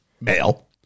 male